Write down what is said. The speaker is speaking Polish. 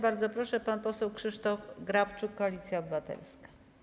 Bardzo proszę, pan poseł Krzysztof Grabczuk, Koalicja Obywatelska.